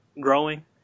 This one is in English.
growing